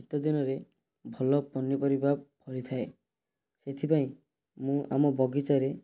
ଶୀତ ଦିନରେ ଭଲ ପନିପରିବା ଫଳିଥାଏ ସେଥିପାଇଁ ମୁଁ ଆମ ବଗିଚାରେ